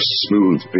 smooth